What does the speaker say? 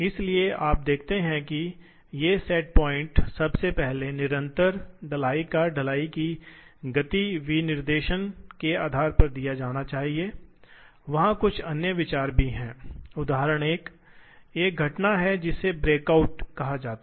इसलिए आपके द्वारा लचीलेपन के फायदे नुकसान से एक फायदा है जो प्रोग्रामिंग में प्राप्त होता है जिससे आप आसानी से बदल सकते हैं बस एक प्रोग्राम बदल सकते हैं और आपका पूरा सेटअप बदल जाएगा